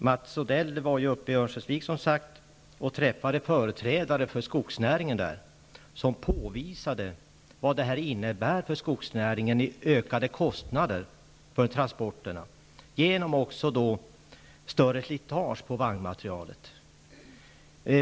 Mats Odell var, som sagt, i Örnsköldsvik och träffade företrädare för skogsnäringen där som påvisade vad detta innebär för skogsnäringen i ökade kostnader för transporterna, genom större slitage på vagnmaterialet.